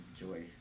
enjoy